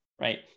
right